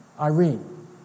Irene